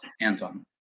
Anton